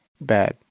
bad